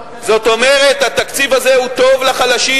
זאת אומרת, התקציב הזה הוא טוב לחלשים.